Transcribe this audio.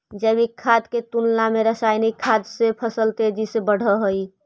जैविक खाद के तुलना में रासायनिक खाद से फसल तेजी से बढ़ऽ हइ